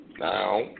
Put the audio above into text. Now